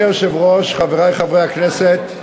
גברתי היושבת-ראש, חברי חברי הכנסת,